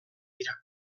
dira